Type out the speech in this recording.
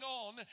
on